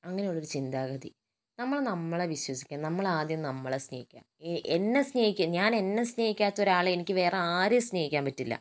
അങ്ങനെ ഉള്ള ഒരു ചിന്താഗതി നമ്മൾ നമ്മളെ വിശ്വസിക്കുക നമ്മൾ ആദ്യം നമ്മളെ സ്നേഹിക്കുക എന്നെ സ്നേഹിക്കുക ഞാൻ എന്നെ സ്നേഹിക്കാത്ത ഒരാളെ വേറെ ആരെയും സ്നേഹിക്കാൻ പറ്റില്ല